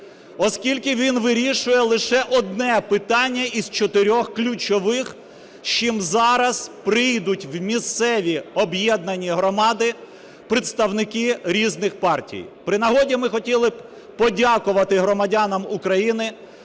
оскільки він вирішує лише одне питання із чотирьох ключових, з чим зараз прийдуть в місцеві об'єднані громади представники різних партій. При нагоді ми хотіли б подякувати громадянам України